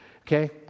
Okay